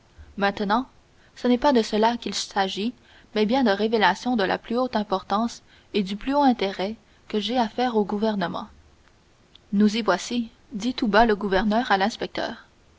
maintenant ce n'est pas de cela qu'il s'agit mais bien de révélations de la plus haute importance et du plus haut intérêt que j'ai à faire au gouvernement nous y voici dit tout bas le gouverneur à l'inspecteur